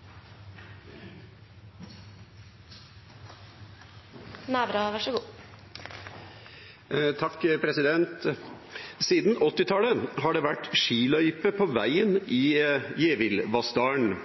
har det vært skiløype på veien i Gjevillvassdalen.